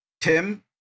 Tim